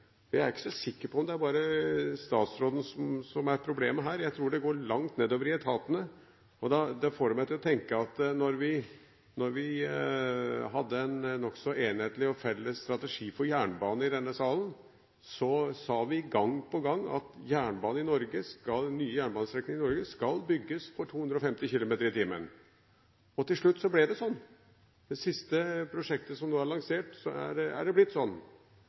Jeg er ikke så sikker på om det bare er statsråden som er problemet her; jeg tror det går langt nedover i etatene. Det får meg til å tenke at når vi hadde en nokså enhetlig og felles strategi for jernbane i denne salen, så sa vi gang på gang at nye jernbanestrekninger i Norge skal bygges for 250 km/t – og til slutt så ble det sånn! I det siste prosjektet som nå er lansert, er det blitt sånn.